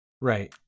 Right